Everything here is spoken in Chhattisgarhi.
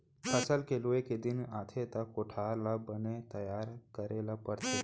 फसल के लूए के दिन आथे त कोठार ल बने तइयार करे ल परथे